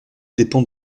dépend